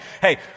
hey